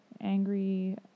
angry